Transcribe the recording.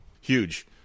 huge